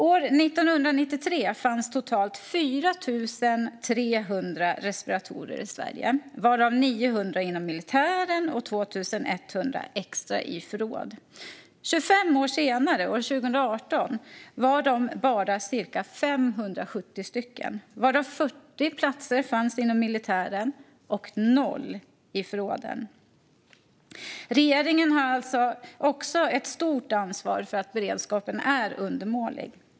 År 1993 fanns totalt 4 300 respiratorer i Sverige, varav 900 inom militären och 2 100 extra i förråd. 25 år senare, år 2018, var de bara ca 570 stycken, varav 40 inom militären och noll i förråden. Regeringen har alltså också ett stort ansvar för att beredskapen är undermålig.